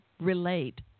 relate